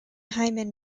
hyman